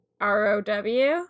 R-O-W